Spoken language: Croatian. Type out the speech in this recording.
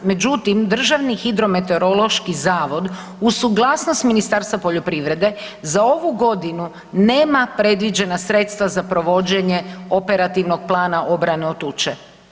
Međutim, Državni hidrometeorološki zavod uz suglasnost Ministarstva poljoprivrede za ovu godinu nema predviđena sredstva za provođenje operativnog plana obrane od tuče.